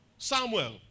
Samuel